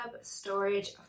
storage